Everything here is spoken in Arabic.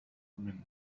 مني